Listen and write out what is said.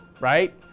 right